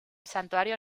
santuario